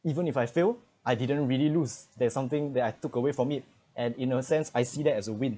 even if I fail I didn't really lose there's something that I took away from it and in a sense I see that as a win